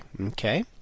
Okay